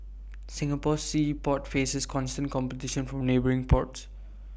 Singapore's sea port faces constant competition from neighbouring ports